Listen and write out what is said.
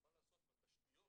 ומה לעשות והתשתיות,